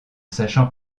sachant